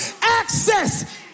access